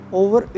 over